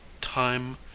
time